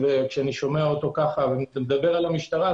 כשאני שומע אותו ככה מדבר על המשטרה,